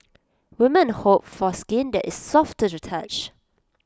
women hope for skin that is soft to the touch